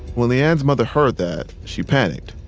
when le-ann's mother heard that, she panicked.